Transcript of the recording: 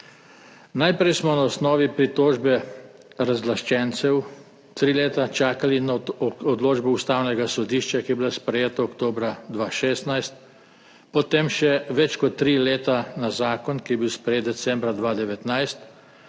Najprej smo na osnovi pritožbe razlaščencev tri leta čakali na odločbo Ustavnega sodišča, ki je bila sprejeta oktobra 2016, potem še več kot tri leta na zakon, ki je bil sprejet decembra 2019,